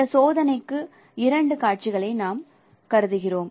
இந்த சோதனைக்கு இரண்டு காட்சிகளை நாம் கருதுகிறோம்